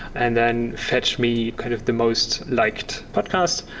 and then fetch me kind of the most liked podcast.